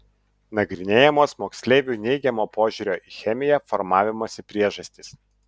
nagrinėjamos moksleivių neigiamo požiūrio į chemiją formavimosi priežastys